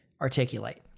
articulate